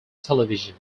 television